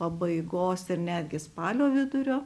pabaigos ir netgi spalio vidurio